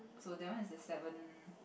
so that one is the seven